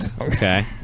Okay